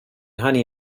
honey